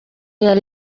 yari